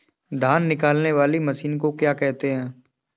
धान निकालने वाली मशीन को क्या कहते हैं?